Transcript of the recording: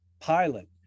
pilot